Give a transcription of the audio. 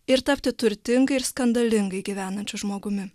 ir tapti turtingai ir skandalingai gyvenančiu žmogumi